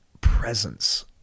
presence